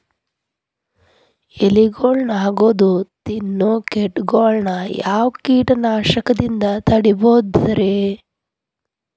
ಎಲಿಗೊಳ್ನ ಅಗದು ತಿನ್ನೋ ಕೇಟಗೊಳ್ನ ಯಾವ ಕೇಟನಾಶಕದಿಂದ ತಡಿಬೋದ್ ರಿ?